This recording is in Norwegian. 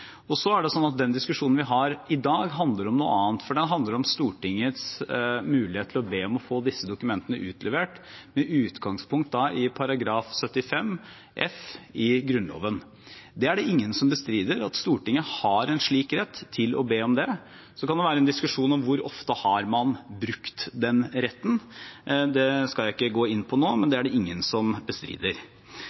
er tilfellet. Den diskusjonen vi har i dag, handler om noe annet, for den handler om Stortingets mulighet til å be om å få disse dokumentene utlevert med utgangspunkt i § 75 f i Grunnloven. Det er ingen som bestrider at Stortinget har rett til å be om det. Så kan det være en diskusjon om hvor ofte man har brukt den retten. Det skal jeg ikke gå inn på nå – men dette er det ingen som bestrider.